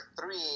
three